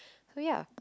so ya